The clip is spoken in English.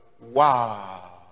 wow